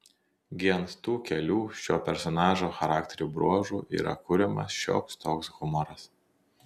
gi ant tų kelių šio personažo charakterio bruožų yra kuriamas šioks toks humoras